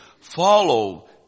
follow